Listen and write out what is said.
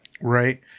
Right